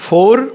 Four